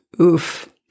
Oof